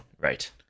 right